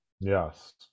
Yes